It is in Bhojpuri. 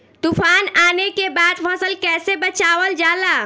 तुफान आने के बाद फसल कैसे बचावल जाला?